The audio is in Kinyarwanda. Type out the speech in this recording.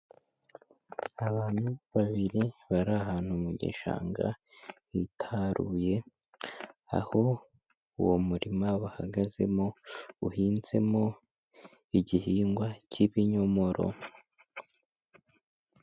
Abantu babiri bari ahantu mu gishanga hitaruye, aho uwo murima bahagazemo uhinzemo igihingwa cy'ibinyomoro.